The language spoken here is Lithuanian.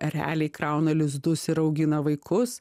ereliai krauna lizdus ir augina vaikus